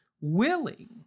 willing